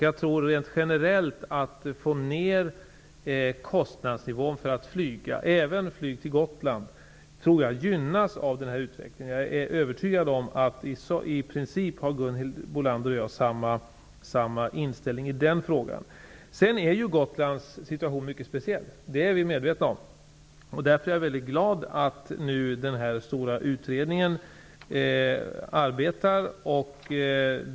Jag tror rent generellt att en sänkning av kostnadsnivån för att flyga, även till Gotland, gynnas av den här utvecklingen. Jag är övertygad om att Gunhild Bolander och jag i princip har samma inställning i den frågan. Sedan är ju Gotlands situation mycket speciell. Det är vi medvetna om. Därför är jag mycket glad över att den stora utredningen arbetar.